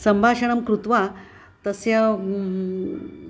संभाषणं कृत्वा तस्य